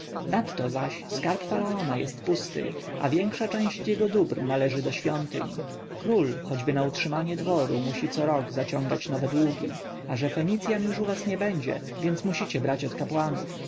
nadto zaś skarb faraona jest pusty a większa część jego dóbr należy do świątyń król choćby na utrzymanie dworu musi co rok zaciągać nowe długi a że fenicjan już u was nie będzie więc musicie brać od kapłanów